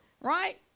right